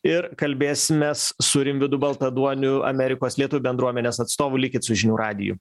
ir kalbėsimės su rimvydu baltaduoniu amerikos lietuvių bendruomenės atstovu likit su žinių radiju